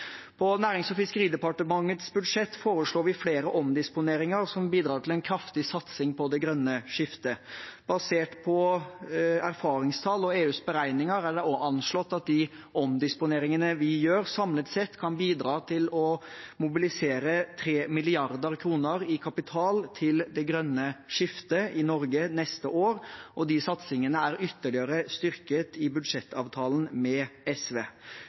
På Nærings- og fiskeridepartementets budsjett foreslår vi flere omdisponeringer som bidrar til en kraftig satsing på det grønne skiftet. Basert på erfaringstall og EUs beregninger er det også anslått at de omdisponeringene vi gjør, samlet sett kan bidra til å mobilisere 3 mrd. kr i kapital til det grønne skiftet i Norge neste år, og de satsingene er ytterligere styrket i budsjettavtalen med SV.